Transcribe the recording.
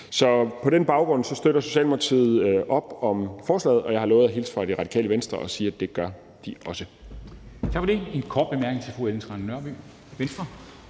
På den baggrund støtter Socialdemokratiet op om forslagene, og jeg har lovet at hilse fra Radikale Venstre og sige, at det gør de også.